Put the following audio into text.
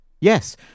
Yes